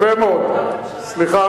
לאנשי,